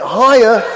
higher